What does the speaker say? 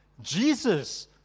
Jesus